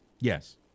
Yes